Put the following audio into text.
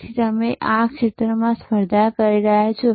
તેથી તમે કયા ક્ષેત્રમાં સ્પર્ધા કરી રહ્યા છો